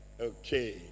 Okay